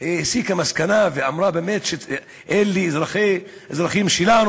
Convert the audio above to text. הסיקה מסקנה ואמרה באמת שאלה אזרחים שלנו,